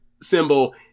symbol